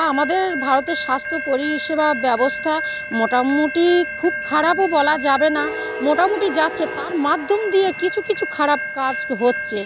আমাদের ভারতের স্বাস্থ্য পরিষেবা ব্যবস্থা মোটামুটি খুব খারাপও বলা যাবে না মোটামুটি যাচ্ছে তার মাধ্যম দিয়ে কিছু কিছু খারাপ কাজ ক্ হচ্ছে